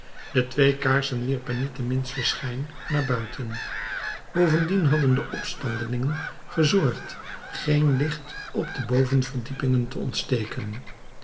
de twee kaarsen wierpen niet den minsten schijn naar buiten bovendien hadden de opstandelingen gezorgd geen licht op de bovenverdiepingen te ontsteken